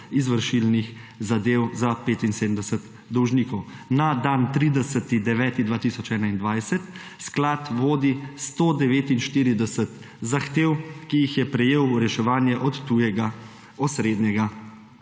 izvršilnih zadev za 75 dolžnikov. Na dan 30. september 2021 Sklad vodi 149 zahtev, ki jih je prejel v reševanje od tujega osrednjega